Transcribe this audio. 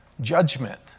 Judgment